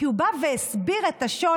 כי הוא בא והסביר את השוני.